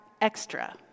extra